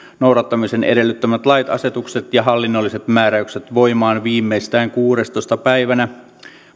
noudattamisen edellyttämät lait asetukset ja hallinnolliset määräykset voimaan viimeistään kuudentenatoista päivänä